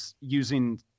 using